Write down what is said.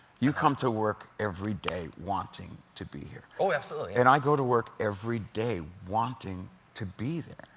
you come to work every day wanting to be here. stephen oh, absolutely, yeah. and i go to work every day wanting to be there.